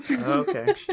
Okay